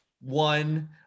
one